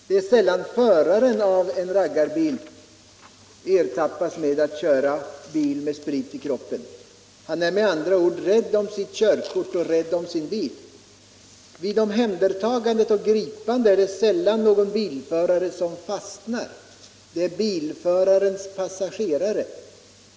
Det är sällan föraren av en ”raggarbil ertappas med att köra bil med sprit i kroppen. Han är med andra ord rädd om sitt körkort och sin bil. Vid omhändertagande och gripande är det sällan någon bilförare som ”fastnar', det är bilförarens passagerare.